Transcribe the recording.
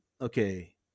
okay